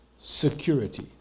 security